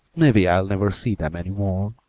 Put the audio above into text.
maybe i'll never see them any more,